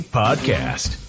podcast